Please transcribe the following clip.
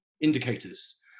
indicators